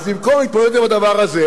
אז במקום להתמודד עם הדבר הזה,